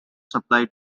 supply